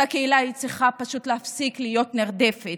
אותה קהילה צריכה פשוט להפסיק להיות נרדפת.